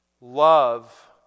Love